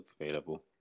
available